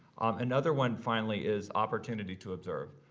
another one, finally, is opportunity to observe.